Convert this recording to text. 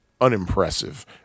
unimpressive